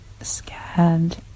scared